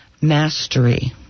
mastery